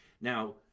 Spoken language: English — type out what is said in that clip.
Now